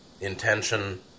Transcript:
intention